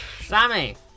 Sammy